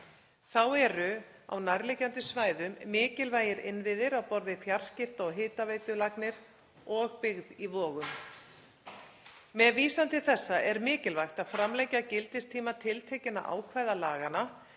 Þá eru á nærliggjandi svæðum mikilvægir innviðir á borð við fjarskipta- og hitaveitulagnir og byggð í Vogum. Með vísan til þessa er mikilvægt að framlengja gildistíma tiltekinna ákvæða laganna